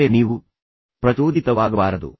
ಮತ್ತೆ ನೀವು ಪ್ರಚೋದಿತವಾಗಬಾರದು